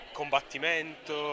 combattimento